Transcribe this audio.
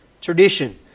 Tradition